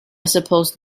suppose